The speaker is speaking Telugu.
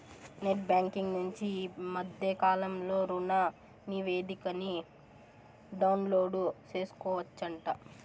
నెట్ బ్యాంకింగ్ నుంచి ఈ మద్దె కాలంలో రుణనివేదికని డౌన్లోడు సేసుకోవచ్చంట